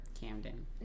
Camden